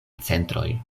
centroj